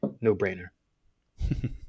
no-brainer